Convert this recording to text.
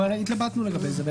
התלבטנו לגבי זה.